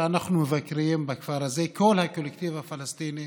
עם נפילתו לרשתו של